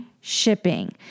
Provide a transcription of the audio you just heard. shipping